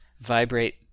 vibrate